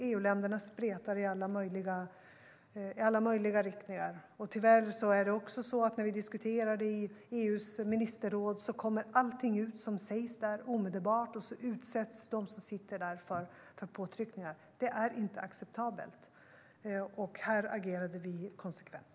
EU-länderna spretar i alla möjliga riktningar. Tyvärr är det också så att när vi diskuterar i EU:s ministerråd kommer allting som sägs där omedelbart ut, och de som sitter där utsätts för påtryckningar. Det är inte acceptabelt. Här agerade vi konsekvent.